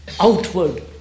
outward